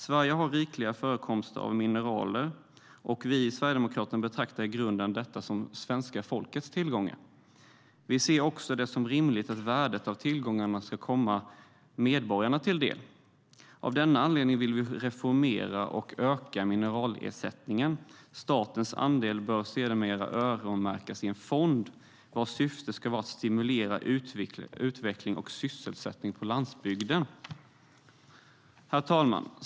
Sverige har rikliga förekomster av mineraler, och vi i Sverigedemokraterna betraktar i grunden detta som svenska folkets tillgångar. Vi ser det också som rimligt att värdet av tillgångarna ska komma medborgarna till del. Herr talman!